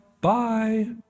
Bye